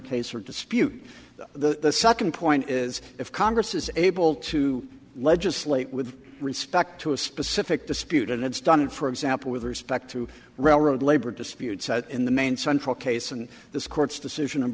case or dispute the second point is if congress is able to legislate with respect to a specific dispute and it's done for example with respect to rile road labor disputes in the main central case and this court's decision